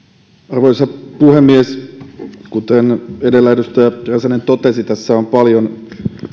arvoisa puhemies kuten edellä edustaja räsänen totesi tässä on paljon